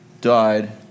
died